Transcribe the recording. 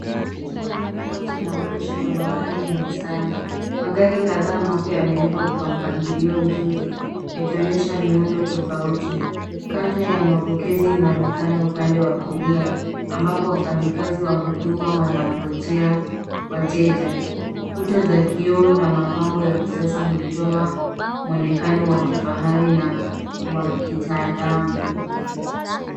Chumba kikubwa cha maonyesho ya magari ya Nissan. Magari kadhaa mapya yamewekwa kwa mpangilio mzuri, yakionyesha miundo tofauti. Kaunta ya mapokezi inaonekana upande wa kulia ambapo wafanyakazi wa huduma wanagonjea wateja. Kuta za kioo na mapambo ya kisasa hutoa mwonekano wa kifahari na wa kitaalamu.